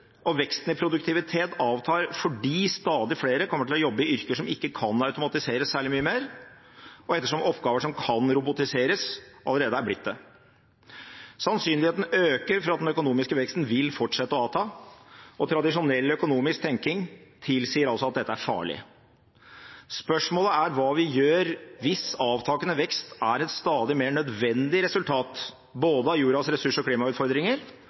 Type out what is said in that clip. og veksten i produktivitet avtar fordi stadig flere kommer til å jobbe i yrker som ikke kan automatiseres særlig mye mer, og ettersom oppgaver som kan robotiseres, allerede er blitt det. Sannsynligheten øker for at den økonomiske veksten vil fortsette å avta, og tradisjonell økonomisk tenking tilsier altså at dette er farlig. Spørsmålet er hva vi gjør hvis avtakende vekst er et stadig mer nødvendig resultat, både av jordas ressurs- og klimautfordringer